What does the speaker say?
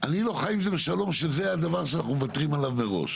אני לא חי עם זה בשלום שזה הדבר שאנחנו מוותרים עליו מראש.